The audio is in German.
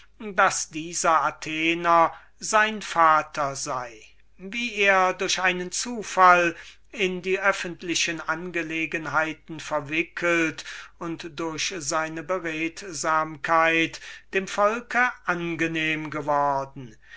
daß dieser athenienser sein vater sei wie er durch einen zufall in die öffentlichen angelegenheiten verwickelt und durch seine beredsamkeit dem volke angenehm geworden